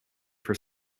for